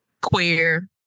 queer